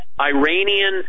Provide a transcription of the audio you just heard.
Iranian